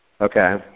Okay